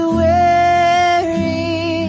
weary